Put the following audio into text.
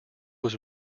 was